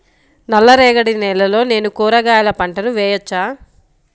నల్ల రేగడి నేలలో నేను కూరగాయల పంటను వేయచ్చా?